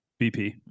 bp